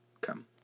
come